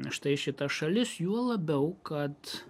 štai šitas šalis juo labiau kad